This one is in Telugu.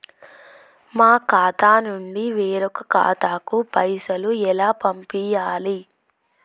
మా ఖాతా నుండి వేరొక ఖాతాకు పైసలు ఎలా పంపియ్యాలి?